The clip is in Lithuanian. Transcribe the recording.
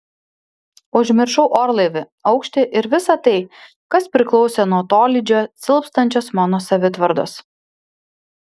užmiršau orlaivį aukštį ir visa tai kas priklausė nuo tolydžio silpstančios mano savitvardos